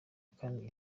kane